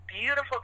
Beautiful